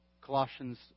Colossians